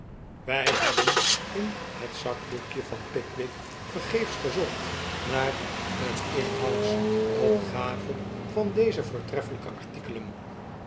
wij hebben in het zakboekje van pickwick vergeefs gezocht naar een inhoudsopgave van deze voortreffelijke artikelen